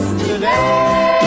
today